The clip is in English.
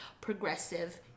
progressive